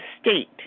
state